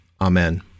Amen